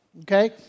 okay